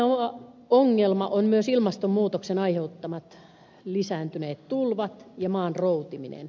laajeneva ongelma on myös ilmastonmuutoksen aiheuttamat lisääntyneet tulvat ja maan routiminen